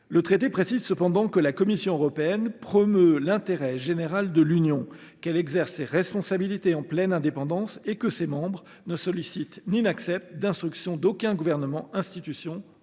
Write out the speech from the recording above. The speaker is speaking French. Le traité précise cependant que la Commission européenne « promeut l’intérêt général de l’Union », qu’elle exerce « ses responsabilités en pleine indépendance » et que ses membres ne sollicitent ni n’acceptent « d’instructions d’aucun gouvernement, institution, organe ou organisme ».